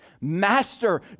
Master